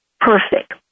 perfect